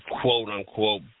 quote-unquote